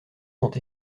sont